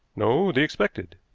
no the expected,